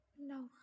No